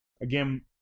Again